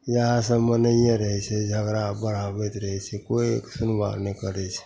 इएहसब मनाइए रहै छै झगड़ा बढ़ाबैत रहै छै कोइ सुनबाहि नहि करै छै